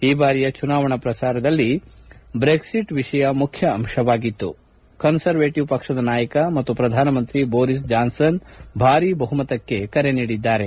ಈ ಬಾರಿಯ ಜುನಾವಣಾ ಪ್ರಚಾರದಲ್ಲಿ ಬ್ರೆಕ್ಟಿಟ್ ವಿಷಯ ಮುಖ್ಯ ಅಂಶವಾಗಿತ್ತು ಕನ್ನರವೇಟವ್ ಪಕ್ಷದ ನಾಯಕ ಮತ್ತು ಪ್ರಧಾನಮಂತ್ರಿ ಬೋರಿಸ್ ಜಾನ್ಸನ್ ಭಾರಿ ಬಹುಮತಕ್ಕೆ ಕರೆ ನೀಡಿದ್ದಾರೆ